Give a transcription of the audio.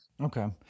Okay